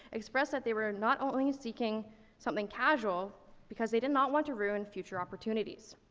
expressed that they were not only seeking something casual because they did not want to ruin future opportunities.